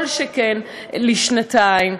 כל שכן לשנתיים.